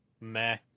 meh